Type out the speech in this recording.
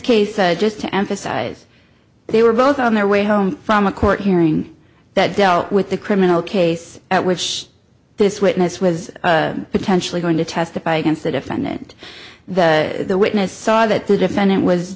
case just to emphasize they were both on their way home from a court hearing that dealt with the criminal case at which this witness was potentially going to testify against the defendant the the witness saw that the defendant was